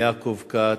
וליעקב כץ,